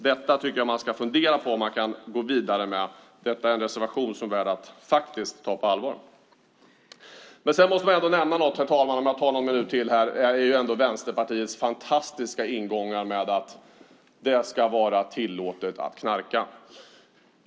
Detta tycker jag att vi ska fundera på om vi kan gå vidare med. Detta är en reservation som är värd att tas på allvar. Herr talman! Om jag får använda någon minut till måste jag nämna Vänsterpartiets fantastiska ingångar med att det ska vara tillåtet att knarka.